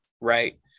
right